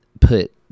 put